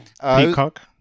Peacock